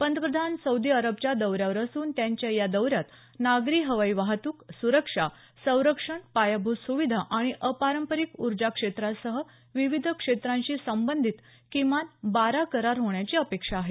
पंतप्रधान सौदी अरबच्या दौऱ्यावर असून त्यांच्या या दौऱ्यात नागरी हवाई वाहतूक सुरक्षा संरक्षण पायाभूत सुविधा आणि अपारंपरिक उर्जा क्षेत्रासह विविध क्षेत्रांशी संबंधित किमान बारा करार होण्याची अपेक्षा आहे